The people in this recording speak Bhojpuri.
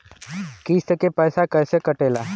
किस्त के पैसा कैसे कटेला?